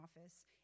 office